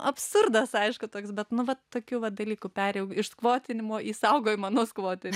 absurdas aišku toks bet nu vat tokių va dalykų perėjau is skvotinimo į saugojimą nuo skvoterių